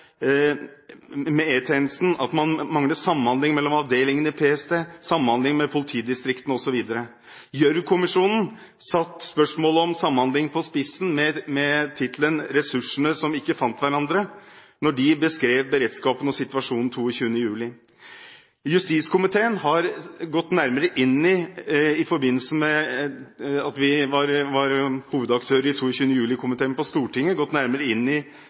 med E-tjenesten, at man mangler samhandling mellom avdelingene i PST, samhandling med politidistriktene osv. Gjørv-kommisjonen satte spørsmålet om samhandling på spissen, med tittelen «Ressursene som ikke fant hverandre», da de beskrev beredskapen og situasjonen 22. juli. Justiskomiteen har, i forbindelse med at vi var hovedaktør i 22. juli-komiteen på Stortinget, gått nærmere inn i